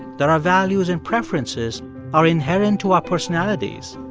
that our values and preferences are inherent to our personalities,